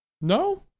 No